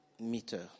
meter